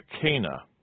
Cana